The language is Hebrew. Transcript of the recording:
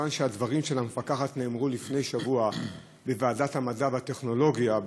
מכיוון שהדברים של המפקחת נאמרו לפני שבוע בוועדת המדע והטכנולוגיה,